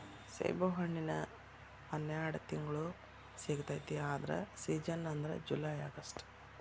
ಸೇಬುಹಣ್ಣಿನ ಹನ್ಯಾಡ ತಿಂಗ್ಳು ಸಿಗತೈತಿ ಆದ್ರ ಸೇಜನ್ ಅಂದ್ರ ಜುಲೈ ಅಗಸ್ಟ